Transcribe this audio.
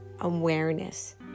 awareness